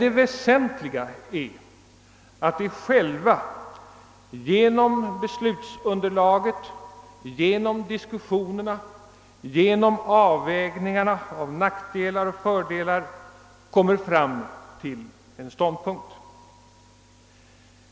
Det väsentliga är att de själva genom beslutsunderlaget, genom diskussionerna, genom <avvägningarna av nackdelar och fördelar når fram till en ståndpunkt.